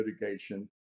litigation